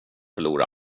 förlora